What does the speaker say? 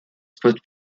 spots